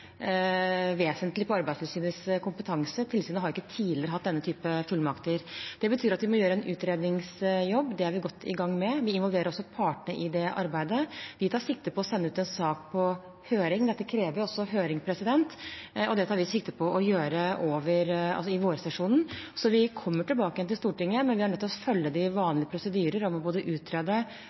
vesentlig på Arbeidstilsynets kompetanse. Tilsynet har ikke tidligere hatt denne type fullmakter. Det betyr at vi må gjøre en utredningsjobb, og det er vi godt i gang med. Vi involverer også partene i det arbeidet. Vi tar sikte på å sende ut en sak på høring – dette krever også høring – og det tar vi sikte på å gjøre i vårsesjonen. Så vi kommer tilbake til Stortinget, men vi er nødt til å følge de vanlige prosedyrer om både å utrede